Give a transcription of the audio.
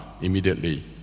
immediately